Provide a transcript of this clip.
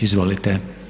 Izvolite.